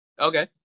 Okay